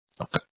Okay